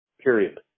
period